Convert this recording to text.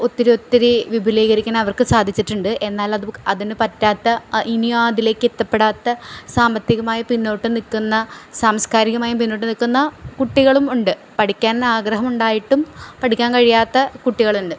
ഒത്തിരി ഒത്തിരി വിപുലീകരിക്കാനവർക്ക് സാധിച്ചിട്ടുണ്ട് എന്നാലത് അതിന് പറ്റാത്ത ഇനിയും അതിലേക്ക് എത്തിപ്പെടാത്ത സാമ്പത്തികമായി പിന്നോട്ട് നില്ക്കുന്ന സാംസ്കാരികമായും പിന്നോട്ടു നില്ക്കുന്ന കുട്ടികളും ഉണ്ട് പഠിക്കാൻ ആഗ്രഹം ഉണ്ടായിട്ടും പഠിക്കാൻ കഴിയാത്ത കുട്ടികളുണ്ട്